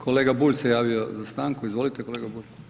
Kolega Bulj se javio za stanku, izvolite kolega Bulj.